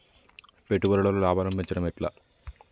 పెట్టుబడులలో లాభాలను పెంచడం ఎట్లా?